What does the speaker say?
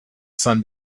sun